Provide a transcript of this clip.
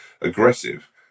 aggressive